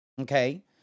Okay